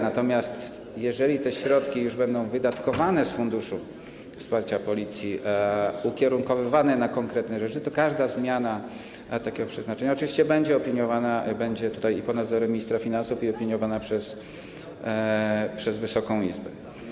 Natomiast jeżeli te środki już będą wydatkowane z Funduszu Wsparcia Policji, ukierunkowywane na konkretne rzeczy, to każda zmiana takiego przeznaczenia oczywiście będzie opiniowana, będzie pod nadzorem ministra finansów i będzie opiniowana przez Wysoką Izbę.